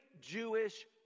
Jewish